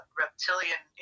reptilian